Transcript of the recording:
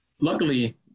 luckily